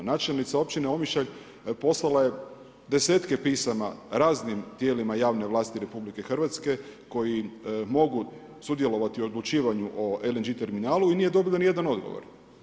Načelnica Općine Omišalj poslala je desetke pisama raznim tijelima javne vlasti RH koji mogu sudjelovati o odlučivanju o LNG terminalu i nije dobilo nijedan odgovor.